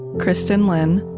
kristin lin,